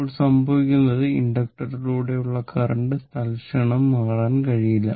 ഇപ്പോൾ സംഭവിക്കുന്നത് ഇൻഡക്റ്ററിലൂടെയുള്ള കറന്റ് തൽക്ഷണം മാറാൻ കഴിയില്ല